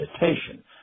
meditation